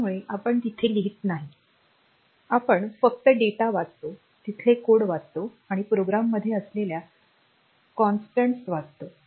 त्यामुळे आपण तिथे लिहित नाही आपण फक्त डेटा वाचतो तिथले कोड वाचतो आणि प्रोग्रॅममध्ये असलेले कॉन्स्टंट्स वाचतो